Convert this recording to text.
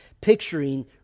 picturing